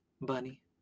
Bunny